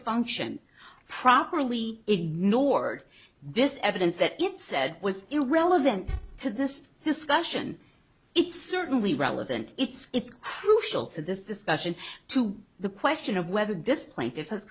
function properly ignored this evidence that it said was irrelevant to this discussion it's certainly relevant it's crucial to this discussion to the question of whether this plaintiff has